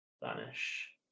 vanish